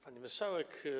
Pani Marszałek!